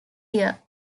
year